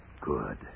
Good